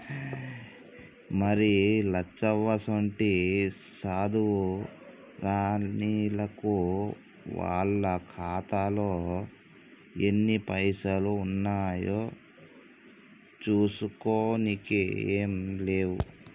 మరి లచ్చవ్వసోంటి సాధువు రానిల్లకు వాళ్ల ఖాతాలో ఎన్ని పైసలు ఉన్నాయో చూసుకోనికే ఏం లేవు